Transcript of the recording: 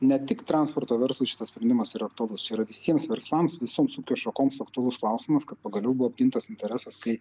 ne tik transporto verslui šitas sprendimas yra aktualus čia yra visiems verslams visoms ūkio šakoms aktualus klausimas kad pagaliau buvo apgintas interesas kai